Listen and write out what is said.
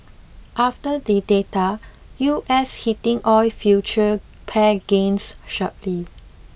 after the data U S heating oil future pared gains sharply